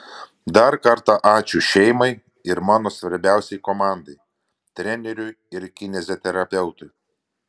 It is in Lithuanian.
dar kartą ačiū šeimai ir mano svarbiausiai komandai treneriui ir kineziterapeutui